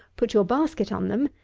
put your basket on them,